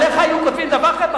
עליך היו כותבים דבר כזה?